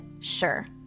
Sure